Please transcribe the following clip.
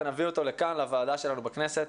ונביא אותו לכאן לוועדה שלנו בכנסת,